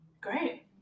Great